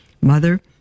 Mother